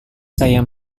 saya